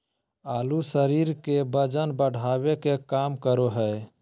आलू शरीर के वजन बढ़ावे के काम करा हइ